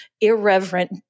irreverent